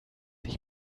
ich